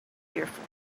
fearful